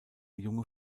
junge